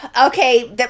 Okay